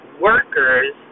workers